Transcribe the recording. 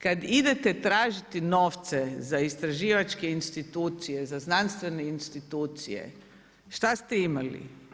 Kad idete tražiti novce za istraživačke institucije, za znanstvene institucije šta ste imali?